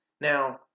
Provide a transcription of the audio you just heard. Now